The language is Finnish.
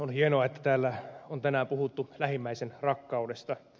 on hienoa että täällä on tänään puhuttu lähimmäisenrakkaudesta